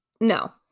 no